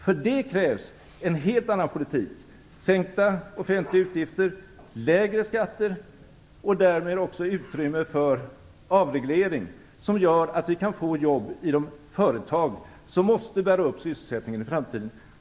För det krävs en helt annan politik, med sänkta offentliga utgifter, lägre skatter och därmed också utrymme för avreglering, som gör att vi kan få jobb i de företag som måste bära upp sysselsättningen i framtiden.